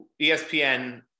ESPN